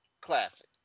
classic